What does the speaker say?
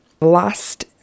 last